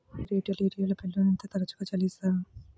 మీరు యుటిలిటీ బిల్లులను ఎంత తరచుగా చెల్లిస్తారు?